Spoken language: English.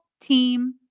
team